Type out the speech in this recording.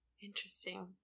interesting